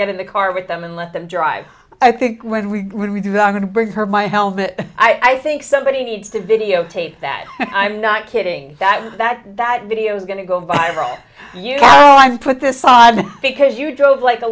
get in the car with them and let them drive i think when we when we do not want to bring her my helmet i think somebody needs to videotape that i'm not kidding that that that video is going to go viral you know i put this on because you drove like a